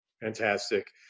Fantastic